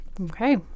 Okay